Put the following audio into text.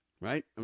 Right